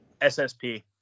ssp